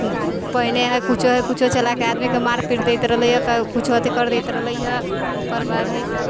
पहिने है कुछो है कुछो चला के आदमी के मार पीट दैत रहलै है कुछो अथी कर दैत रहलै हँ ओकर बाद है तऽ